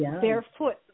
barefoot